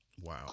Wow